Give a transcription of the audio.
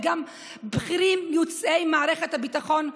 וגם בכירים יוצאי מערכת הביטחון,